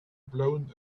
blown